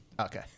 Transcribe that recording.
Okay